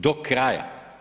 Do kraja.